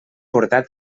portar